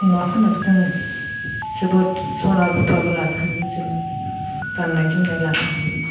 अमा फाननाबो जों जोबोद सना रुफाबो लानो हायो जों गाननाय जोमनाय लानो हायो